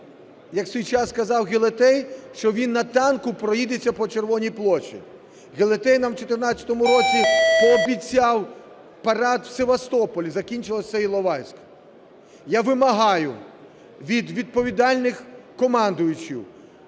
як в свій час казав Гелетей, що він на танку проїдеться по Червоній площі. Гелетей нам в 14-му році пообіцяв парад в Севастополі, закінчилось це Іловайськом. Я вимагаю від відповідальних командувачів